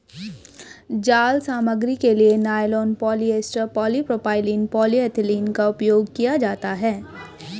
जाल सामग्री के लिए नायलॉन, पॉलिएस्टर, पॉलीप्रोपाइलीन, पॉलीएथिलीन का उपयोग किया जाता है